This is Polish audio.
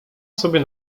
sobie